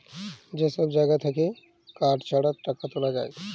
যে সব জাগা থাক্যে কার্ড ছাড়া টাকা তুলা যায়